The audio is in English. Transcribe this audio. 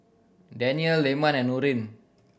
Danial Leman and Nurin